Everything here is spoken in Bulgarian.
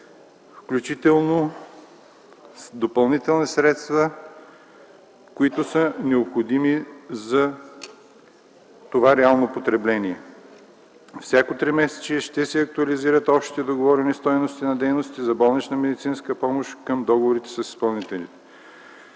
включително допълнителни средства, които са необходими за това реално потребление. Всяко тримесечие ще се актуализират общите договорени стойности на дейностите за болнична медицинска помощ към договорите с изпълнителите.